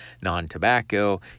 non-tobacco